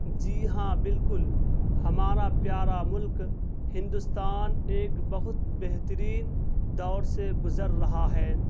جی ہاں بالکل ہمارا پیارا ملک ہندوستان ایک بہت بہترین دور سے گزر رہا ہے